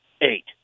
Eight